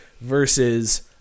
versus